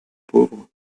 pauvres